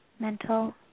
mental